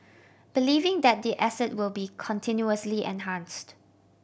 believing that the asset will be continuously enhanced